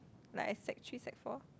like I sec-three sec-four